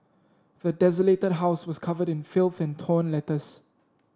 the desolated house was covered in filth and torn letters